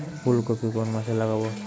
ফুলকপি কোন মাসে লাগাবো?